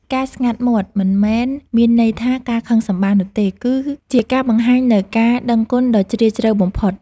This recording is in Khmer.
ការស្ងាត់មាត់មិនមែនមានន័យថាការខឹងសម្បារនោះទេ គឺ ជាការបង្ហាញនូវការដឹងគុណដ៏ជ្រាលជ្រៅបំផុត។